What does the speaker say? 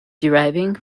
deriving